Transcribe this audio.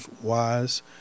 wise